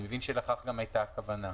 אני מבין שגם לכך הייתה הכוונה.